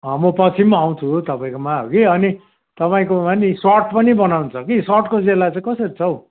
म पछि पनि आउँछु तपाईँकोमा हगी अनि तपाईँकोमा नि सर्ट पनि बनाउनु छ कि सर्टको ज्याला चाहिँ कसरी छ हौ